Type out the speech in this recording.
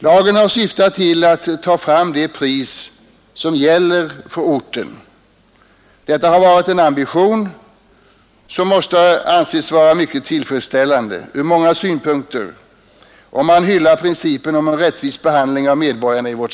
Lagen har syftat till att ta fram det pris som gäller för orten. Detta är en ambition som måste anses vara mycket tillfredsställande ur många synpunkter, för den som hyllar principen om en rättvis behandling av medborgarna.